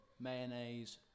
Mayonnaise